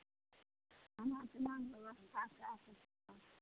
खाना पीनाके व्यवस्था चाही